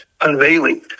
unveiling